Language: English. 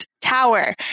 Tower